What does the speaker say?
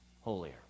holier